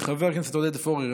חבר הכנסת יאיר גולן,